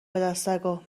پدسگا